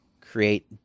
create